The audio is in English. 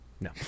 No